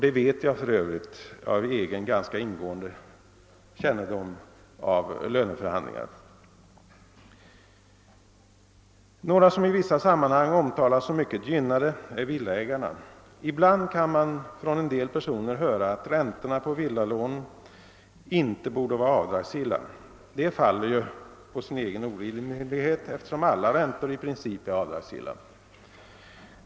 Det vet jag för övrigt av egen ganska ingående kännedom om löneförhandlingar. Några som i vissa sammanhang omtalas som mycket gynnade är villaägarna. Ibland kan man av vissa personer höra att räntorna på villalån inte borde vara avdragsgilla, men detta faller ju på sin egen orimlighet, eftersom alla räntor i princip är avdragsgilla.